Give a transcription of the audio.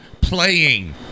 playing